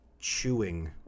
Chewing